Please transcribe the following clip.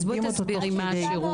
אז בואי תסבירי מה השירות.